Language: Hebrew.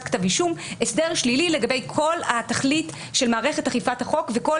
אישום הסדר שלילי לגבי כל התכלית של מערכת אכיפת החוק וכל